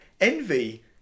Envy